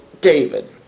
David